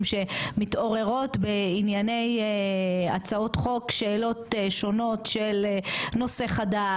שמתעוררות בענייני הצעות חוק שאלות שונות של נושא חדש,